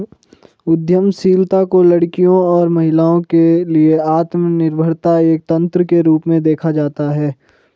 उद्यमशीलता को लड़कियों और महिलाओं के लिए आत्मनिर्भरता एक तंत्र के रूप में देखा जाता है